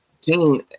team